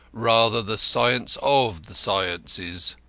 rather the science of the sciences.